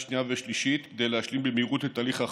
שנייה ושלישית כדי להשלים במהירות את הליך החקיקה.